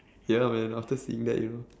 ya man after seeing that you know